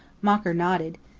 mocker nodded.